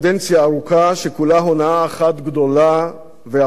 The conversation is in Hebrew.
שכולה הונאה אחת גדולה ועבודה בעיניים.